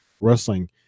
wrestling